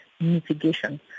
mitigation